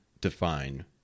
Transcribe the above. define